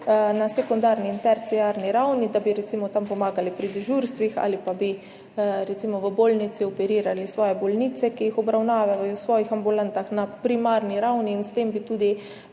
na sekundarni in terciarni ravni, da bi recimo tam pomagali pri dežurstvih ali pa bi recimo v bolnici operirali svoje bolnice, ki jih obravnavajo v svojih ambulantah, na primarni ravni. S tem bi tudi